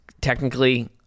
technically